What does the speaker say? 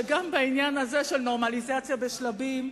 שגם בעניין הזה של נורמליזציה בשלבים,